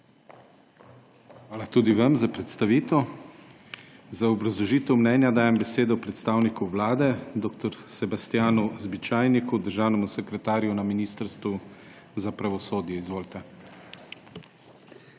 Hvala tudi vam za predstavitev. Za obrazložitev mnenja dajem besedo predstavniku Vlade dr. Sebastjanu Zbičajniku, državnemu sekretarju na Ministrstvu za pravosodje. Izvolite.